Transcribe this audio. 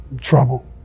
trouble